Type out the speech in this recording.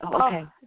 okay